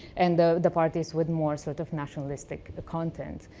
and the the parties with more sort of nationalistic content.